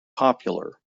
popular